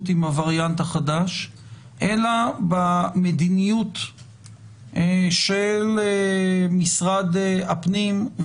עם הווריאנט החדש אלא במדיניות של משרד הפנים,